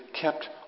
kept